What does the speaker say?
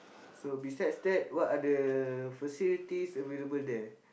so besides that what are the facilities available there